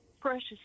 precious